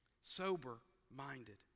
sober-minded